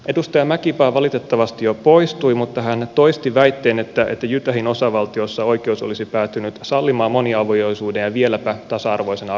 edustaja mäkipää valitettavasti jo poistui mutta hän toisti väitteen että utahin osavaltiossa oikeus olisi päätynyt sallimaan moniavioisuuden ja vieläpä tasa arvoisen avioliittolain perusteella